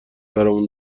برامون